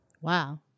Wow